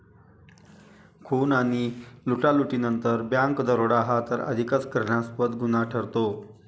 खून आणि लुटालुटीनंतर बँक दरोडा हा तर अधिकच घृणास्पद गुन्हा ठरतो